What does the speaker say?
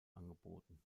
angeboten